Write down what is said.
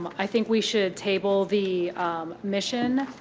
i think we should table the mission,